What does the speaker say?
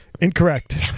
Incorrect